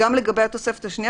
לפי מה שנמסר לנו,